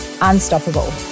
unstoppable